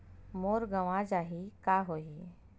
मोर गंवा जाहि का होही?